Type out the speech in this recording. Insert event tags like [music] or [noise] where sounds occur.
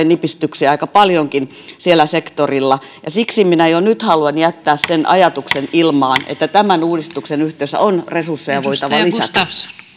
[unintelligible] nipistyksiä aika paljonkin siellä sektorilla siksi minä jo nyt haluan jättää sen ajatuksen ilmaan että tämän uudistuksen yhteydessä on resursseja voitava lisätä